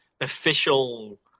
official